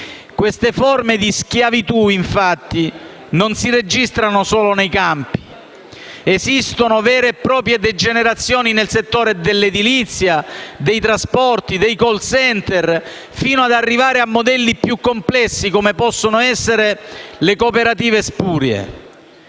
Queste forme di schiavitù, infatti, non si registrano solo nei campi. Esistono vere e proprie degenerazioni nel settore dell'edilizia, dei trasporti, dei *call center*, fino ad arrivare a modelli più complessi, come possono essere le cooperative spurie.